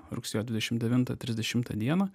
rugsėjo dvidešim devintą trisdešimtą dieną